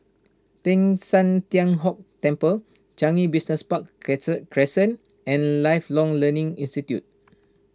Teng San Tian Hock Temple Changi Business Park Crescent and Lifelong Learning Institute